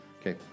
Okay